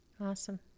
Awesome